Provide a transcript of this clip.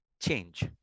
change